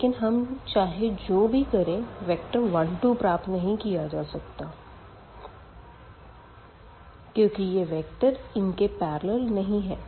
लेकिन हम चाहे जो भी करें वेक्टर 1 2 प्राप्त नहीं किया जा सकता क्योंकि यह वेक्टर इन के पेरलल नहीं है